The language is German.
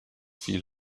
viel